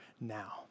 now